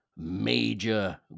major